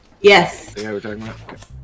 Yes